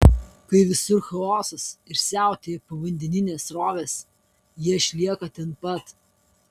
kai visur chaosas ir siautėja povandeninės srovės jie išlieka ten pat